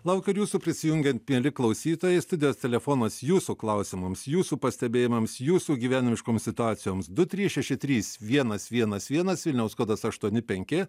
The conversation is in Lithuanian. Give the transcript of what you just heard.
laukiu ir jūsų prisijungiant mieli klausytojai studijos telefonas jūsų klausimams jūsų pastebėjimams jūsų gyvenimiškoms situacijoms du trys šeši trys vienas vienas vienas vilniaus kodas aštuoni penki